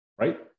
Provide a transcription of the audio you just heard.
right